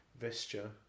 vesture